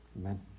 amen